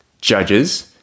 judges